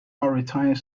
maritime